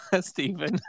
Stephen